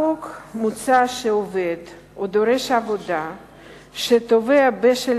בחוק מוצע שעובד או דורש עבודה שתובע בשל